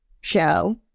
show